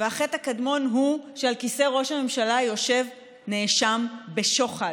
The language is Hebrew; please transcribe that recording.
והחטא הקדמון הוא שעל כיסא ראש הממשלה יושב נאשם בשוחד.